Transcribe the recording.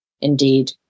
indeed